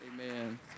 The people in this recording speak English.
Amen